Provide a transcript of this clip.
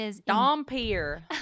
dompier